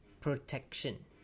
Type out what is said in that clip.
protection